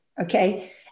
Okay